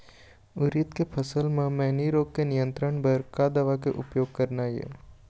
उरीद के फसल म मैनी रोग के नियंत्रण बर का दवा के उपयोग करना ये?